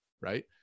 right